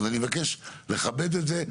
אז אני מבקש לכבד את זה,